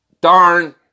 darn